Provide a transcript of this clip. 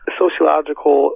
sociological